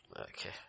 Okay